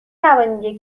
توانید